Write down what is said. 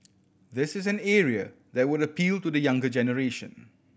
this is an area that would appeal to the younger generation